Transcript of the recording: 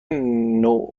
نوع